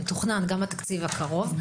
ומתוכנן גם בתקציב הקרוב.